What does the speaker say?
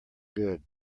good